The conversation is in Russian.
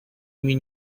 ими